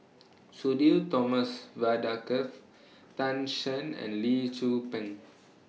Sudhir Thomas Vadaketh Tan Shen and Lee Tzu Pheng